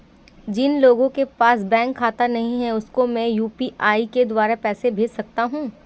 जिन लोगों के पास बैंक खाता नहीं है उसको मैं यू.पी.आई के द्वारा पैसे भेज सकता हूं?